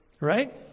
Right